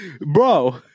Bro